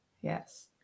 Yes